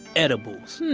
edibles.